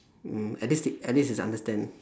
mm at least they at least it's understand